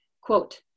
quote